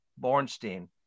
Bornstein